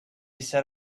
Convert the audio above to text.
set